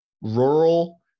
rural